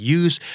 use